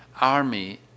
army